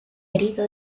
herido